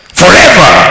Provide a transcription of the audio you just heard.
forever